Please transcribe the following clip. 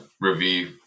review